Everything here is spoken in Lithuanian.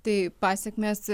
tai pasekmės